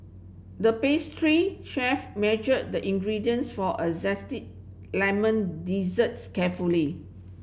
the pastry chef measured the ingredients for a zesty lemon desserts carefully